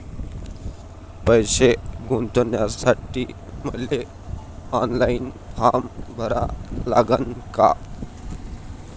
पैसे गुंतवासाठी मले ऑनलाईन फारम भरा लागन का?